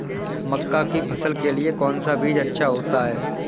मक्का की फसल के लिए कौन सा बीज अच्छा होता है?